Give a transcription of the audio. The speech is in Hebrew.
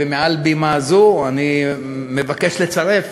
ומעל בימה זו אני מבקש לצרף